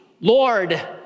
Lord